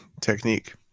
technique